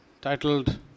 titled